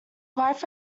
wife